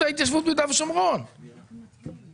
פניות מס' 76 80 אושרו.